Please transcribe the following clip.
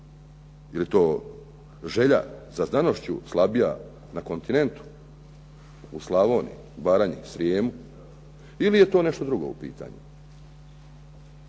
li to želja za znanošću slabija na kontinentu? U Slavoniji, Baranji, Srijemu? Ili je to nešto drugo u pitanju?